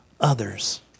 others